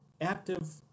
active